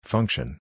Function